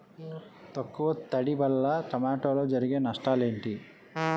తక్కువ తడి వల్ల టమోటాలో జరిగే నష్టాలేంటి?